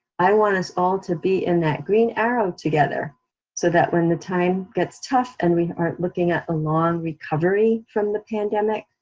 i want us all to be in that green arrow together so that when the time gets tough, and we are looking at a long recovery from the pandemic,